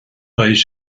beidh